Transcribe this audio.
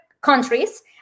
countries